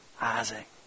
Isaac